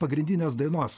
pagrindinės dainos